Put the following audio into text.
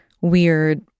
weird